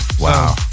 Wow